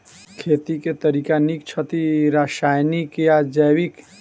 खेती केँ के तरीका नीक छथि, रासायनिक या जैविक?